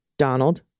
Donald